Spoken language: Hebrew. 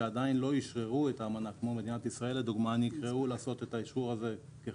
שעדיין לא אשררו את האמנה כמו מדינת ישראל נקראו לעשות זאת מהר ככל